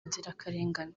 inzirakarengane